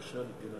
לא התקבל.